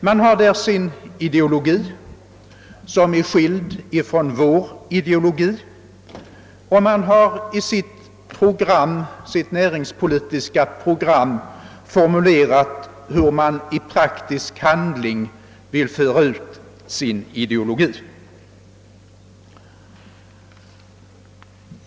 Man har där sin ideologi som är skild från vår ideologi, och man har i sitt näringspolitiska program formulerat hur man i praktisk handling vill föra ut sin ideologi.